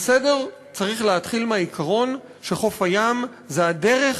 וסדר צריך להתחיל מהעיקרון שחוף הים הוא הדרך